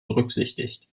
berücksichtigt